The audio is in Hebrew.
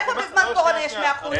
איך בזמן הקורונה יש 100%?